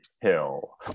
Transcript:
Hill